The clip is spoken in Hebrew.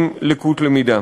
עם לקות למידה.